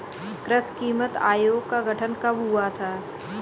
कृषि कीमत आयोग का गठन कब हुआ था?